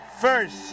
first